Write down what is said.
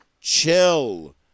Chill